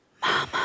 Mama